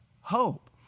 hope